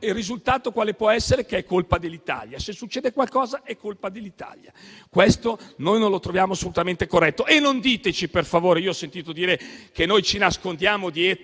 il risultato è che è colpa dell'Italia. Se succede qualcosa è colpa dell'Italia. Questo non lo troviamo assolutamente corretto e non diteci, per favore - come ho sentito dire - che noi ci nascondiamo e